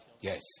Yes